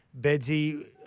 Bedsy